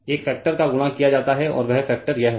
एक फैक्टर का गुणा किया जाता है और वह फैक्टर यह है